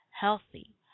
healthy